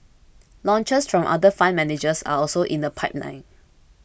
launches from other fund managers are also in the pipeline